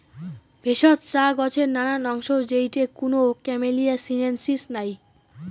ভেষজ চা গছের নানান অংশ যেইটে কুনো ক্যামেলিয়া সিনেনসিস নাই